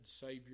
Savior